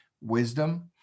wisdom